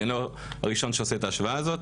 אני לא הראשון שעושה את ההשוואה הזאת,